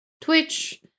Twitch